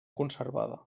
conservada